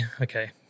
Okay